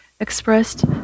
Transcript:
expressed